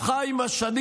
הפכה עם השנים